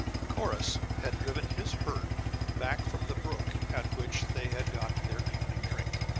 corrus had driven his herd back from the brook at which they had got their evening drink,